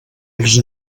els